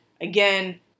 Again